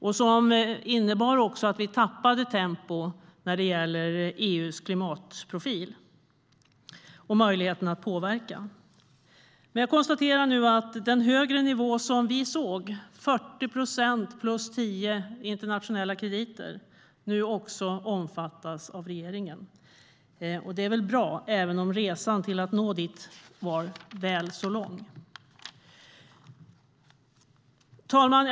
Den innebar också att vi tappade tempo i EU:s klimatprofil och möjligheten att påverka. Jag konstaterar att den högre nivå som vi såg - 40 procent plus 10 procent i internationella krediter - nu också omfattas av regeringen. Det är väl bra även om resan till att nå dit var väl så lång. Herr talman!